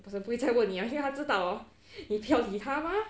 the person 不会再问你 liao 因为他知道你不要理他 mah